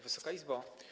Wysoka Izbo!